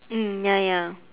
mm ya ya